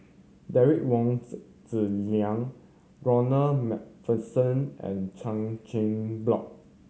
Derek Wong Zi Zi Liang Ronald Macpherson and Chan Chin Block